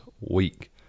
week